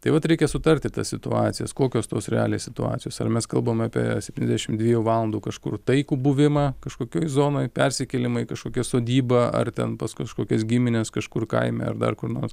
tai vat reikia sutarti tas situacijas kokios tos realios situacijos ar mes kalbam apie dvidešimt dviejų valandų kažkur taikų buvimą kažkokioj zonoj persikėlimą į kažkokią sodybą ar ten pas kažkokias gimines kažkur kaime ar dar kur nors